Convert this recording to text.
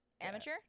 amateur